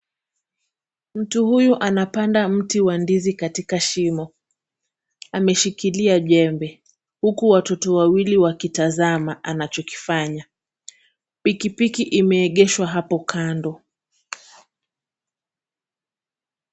Mtu huyu anapanda mti wa ndizi katika shimo. Ameshikilia jembe huku watoto wawili wakitazama anachokifanya. Pikipiki imeegeshwa hapo kando.